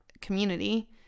community